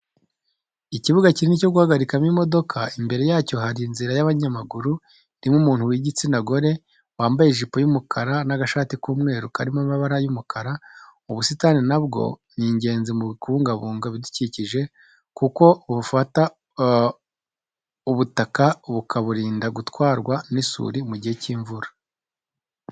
Ikibuga kinini cyo guhagarikamo imodoka, imbere yacyo hari inzira y'abanyamaguru irimo umuntu w'igitsina gore, wambaye ijipo y'umukara n'agashati k'umweru karimo amabara y'umukara. Ubusitani nabwo ni ingenzi mu kubungabunga ibidukikije kuko bufata ubutaka bukaburinda gutwarwa n'isuri mu gihe cy'imvura.